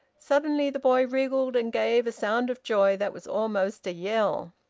suddenly the boy wriggled, and gave a sound of joy that was almost a yell.